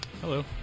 Hello